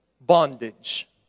bondage